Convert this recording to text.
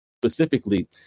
specifically